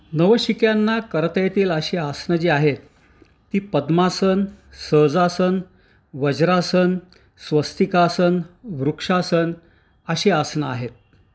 नवशिक्यांना करता येतील अशी आसनं जी आहेत ती पद्मासन सहजासन वज्रासन स्वस्तिकासन वृक्षासन अशी आसनं आहेत